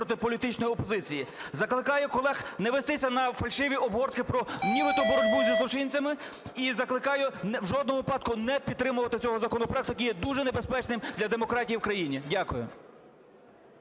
проти політичної опозиції. Закликаю колег не вестись на фальшиві обгортки про нібито боротьбу зі злочинцями, і закликаю в жодному випадку не підтримувати цього законопроекту, який є дуже небезпечним для демократії в країні. Дякую.